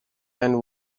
and